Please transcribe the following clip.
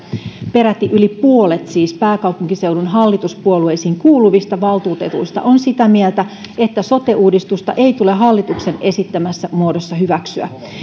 peräti yli puolet pääkaupunkiseudun hallituspuolueisiin kuuluvista valtuutetuista on siis sitä mieltä että sote uudistusta ei tule hallituksen esittämässä muodossa hyväksyä